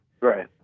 right